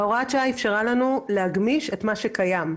הוראת השעה אפשרה לנו להגמיש את מה שקיים,